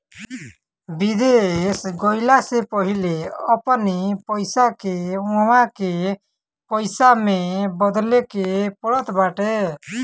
विदेश गईला से पहिले अपनी पईसा के उहवा के पईसा में बदले के पड़त बाटे